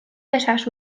ezazu